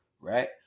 right